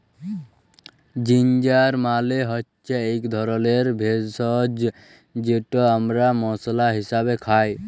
ginger মালে হচ্যে ইক ধরলের ভেষজ যেট আমরা মশলা হিসাবে খাই